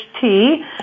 tea